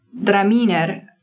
Draminer